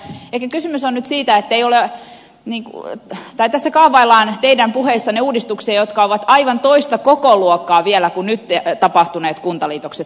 mutta ehkä kysymys on nyt siitä että teidän puheissanne kaavaillaan uudistuksia jotka ovat aivan toista kokoluokkaa vielä kuin nyt tapahtuneet kuntaliitokset suurimmalta osalta